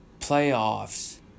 playoffs